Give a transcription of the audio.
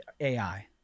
AI